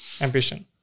Ambition